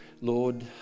Lord